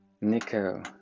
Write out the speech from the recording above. Nico